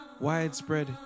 Widespread